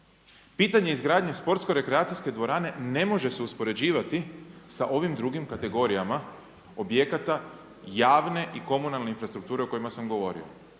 pitanje izgradnje sportsko-rekreacijske dvorane ne može se uspoređivati sa ovim drugim kategorijama objekata javne i komunalne infrastrukture o kojima sam govorio.